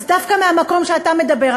אז דווקא מהמקום שאתה מדבר,